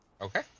Okay